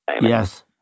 Yes